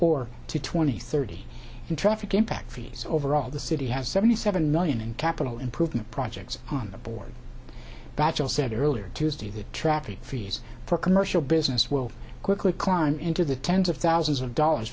or twenty thirty in traffic impact fees overall the city has seventy seven million in capital improvement projects on the board bachelor said earlier tuesday that traffic fees for commercial business will quickly climb into the tens of thousands of dollars